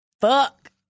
Fuck